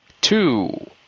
two